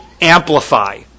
amplify